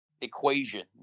equation